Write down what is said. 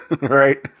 right